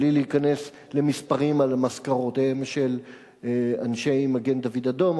בלי להיכנס למספרים על משכורותיהם של אנשי מגן-דוד-אדום.